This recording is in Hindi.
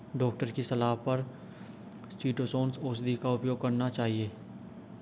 डॉक्टर की सलाह पर चीटोसोंन औषधि का उपयोग करना चाहिए